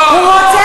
הוא רוצה